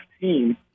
team